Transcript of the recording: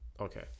okay